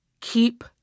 Keep